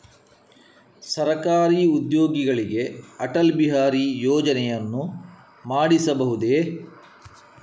ಸರಕಾರಿ ಉದ್ಯೋಗಿಗಳಿಗೆ ಅಟಲ್ ಬಿಹಾರಿ ಯೋಜನೆಯನ್ನು ಮಾಡಿಸಬಹುದೇ?